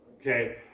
Okay